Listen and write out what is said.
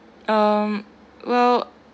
um well